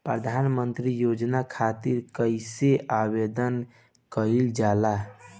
प्रधानमंत्री योजना खातिर कइसे आवेदन कइल जाला?